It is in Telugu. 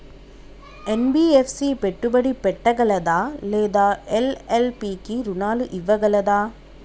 ఎన్.బి.ఎఫ్.సి పెట్టుబడి పెట్టగలదా లేదా ఎల్.ఎల్.పి కి రుణాలు ఇవ్వగలదా?